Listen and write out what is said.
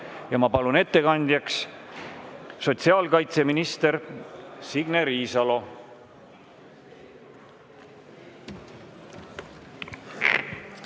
Palun ettekandjaks sotsiaalkaitseminister Signe Riisalo.